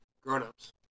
Grown-ups